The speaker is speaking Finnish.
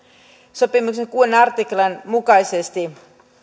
sopimuksen kuudennen artiklan mukaisesti